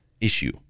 issue